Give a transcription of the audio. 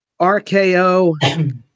RKO